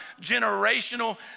generational